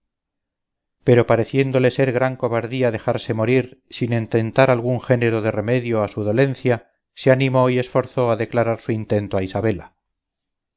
pero pareciéndole ser gran cobardía dejarse morir sin intentar algún género de remedio a su dolencia se animó y esforzó a declarar su intento a isabela